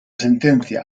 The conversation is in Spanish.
sentencia